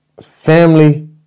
Family